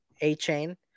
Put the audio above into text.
A-Chain